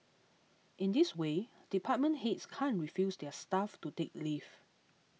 in this way department heads can't refuse their staff to take leave